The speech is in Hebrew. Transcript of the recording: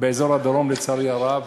לצערי הרב,